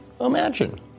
imagine